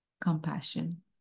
compassion